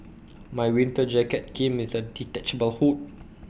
my winter jacket came with A detachable hood